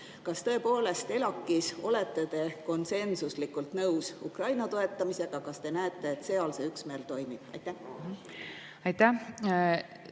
kas tõepoolest ELAK-is olete te konsensuslikult nõus Ukraina toetamisega? Kas te näete, et seal see üksmeel toimib? Austatud